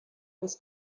this